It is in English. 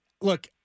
look